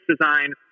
design